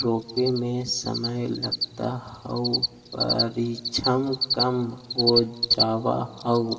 रोपे में समय, लागत आउ परिश्रम कम हो जावऽ हई